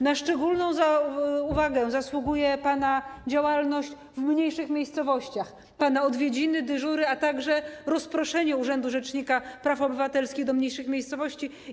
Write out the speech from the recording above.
Na szczególną uwagę zasługuje pana działalność w mniejszych miejscowościach, pana odwiedziny, dyżury, a także rozproszenie urzędu rzecznika praw obywatelskich na mniejsze miejscowości.